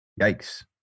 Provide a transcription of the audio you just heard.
yikes